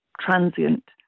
transient